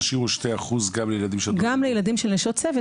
תשאירו 2% גם לילדים --- גם לילדים של נשות צוות.